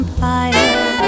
fire